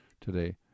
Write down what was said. today